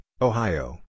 Ohio